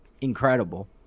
incredible